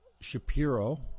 Shapiro